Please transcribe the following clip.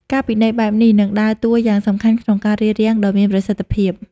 ការពិន័យបែបនេះនឹងដើរតួយ៉ាងសំខាន់ ក្នុងការរារាំងដ៏មានប្រសិទ្ធភាព។